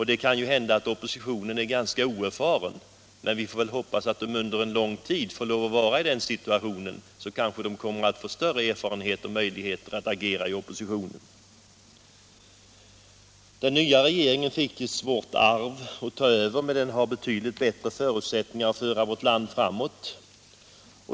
Det kan hända att oppositionen är ganska oerfaren, men vi får hoppas att socialdemokraterna får vara i den situationen under lång tid. Då kanske de får större erfarenheter och möjligheter att agera i opposition. Den nya regeringen fick ärva stora svårigheter, men den har betydligt bättre förutsättningar att föra vårt land framåt.